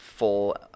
full